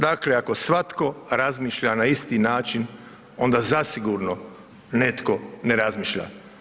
Dakle ako svatko razmišlja na isti način onda zasigurno netko ne razmišlja.